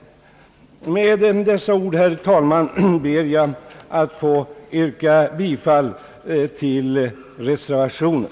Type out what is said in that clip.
Med dessa ord, herr talman, ber jag att få yrka bifall till reservationen.